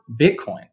Bitcoin